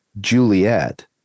Juliet